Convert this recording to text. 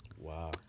Wow